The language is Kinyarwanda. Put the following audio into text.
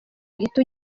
uhite